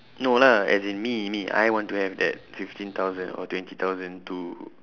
no lah as in me me I want to have that fifteen thousand or twenty thousand to